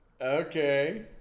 Okay